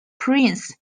prince